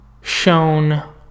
shown